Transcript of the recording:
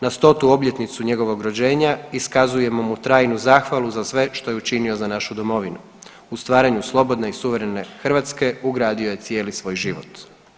Na stotu obljetnicu njegovog rođenja iskazujemo mu trajnu zahvalu za sve što je učinio za našu Domovinu u stvaranju slobodne i suverene Hrvatske ugradio je cijeli svoj život.